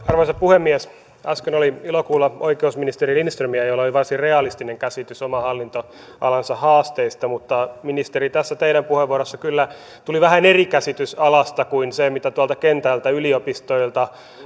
arvoisa puhemies äsken oli ilo kuulla oikeusministeri lindströmiä jolla oli varsin realistinen käsitys oman hallinnonalansa haasteista mutta ministeri tästä teidän puheenvuorostanne kyllä tuli vähän eri käsitys alasta kuin se mitä tuolta kentältä yliopistoilta